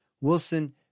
Wilson